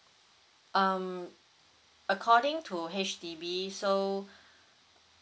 um according to H_D_B so